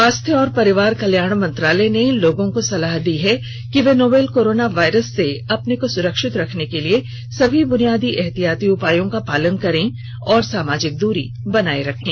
स्वास्थ्य और परिवार कल्याण मंत्रालय ने लोगों को सलाह दी है कि वे नोवल कोरोना वायरस से अपने को सुरक्षित रखने के लिए सभी बुनियादी एहतियाती उपायों का पालन करें और सामाजिक दूरी बनाए रखें